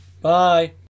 bye